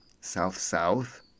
South-South